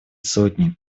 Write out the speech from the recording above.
сотни